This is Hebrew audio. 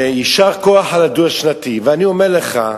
יישר כוח על הדו-השנתי, ואני אומר לך,